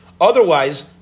Otherwise